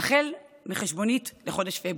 החל מהחשבונית לחודש פברואר.